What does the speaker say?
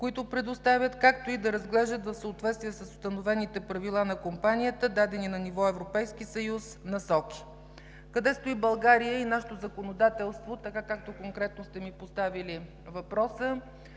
които предоставят, както и да разглеждат в съответствие с установените правила на компанията, дадени на ниво Европейски съюз, насоки. Къде стои България и нашето законодателство – така, както конкретно сте ми поставили въпроса?